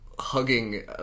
hugging